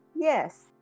yes